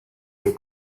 the